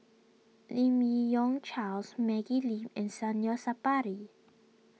Lim Yi Yong Charles Maggie Lim and Zainal Sapari